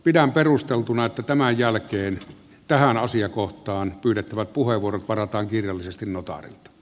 pidän perusteltuna että tämän jälkeen tähän asiakohtaan pyydettävät puheenvuorot varataan kirjallisesti notaarilta